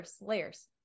layers